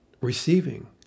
receiving